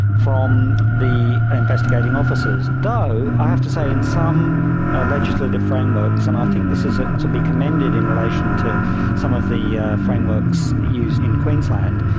from the investigating officers. though i have to say, in some legislative frameworks, and i think this is ah to be commended in relation to some of the frameworks used in queensland,